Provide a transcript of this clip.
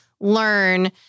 learn